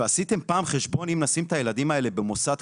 עשיתם פעם חשבון אם נשים את הילדים האלה במוסד,